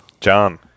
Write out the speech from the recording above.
John